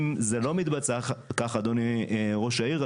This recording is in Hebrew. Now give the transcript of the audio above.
אם זה לא מתבצע כך, אדוני ראש העיר,